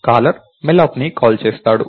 caller malloc ని call చేస్తాడు